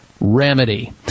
remedy